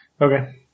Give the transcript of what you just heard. Okay